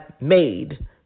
made